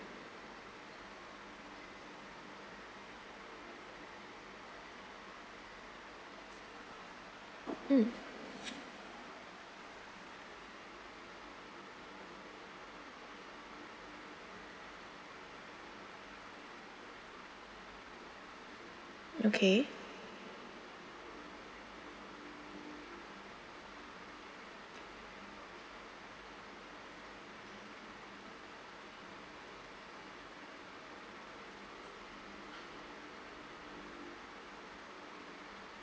mm okay